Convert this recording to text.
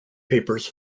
papers